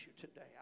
today